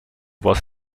was